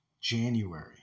January